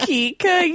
Kika